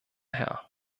herr